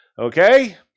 Okay